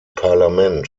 parlament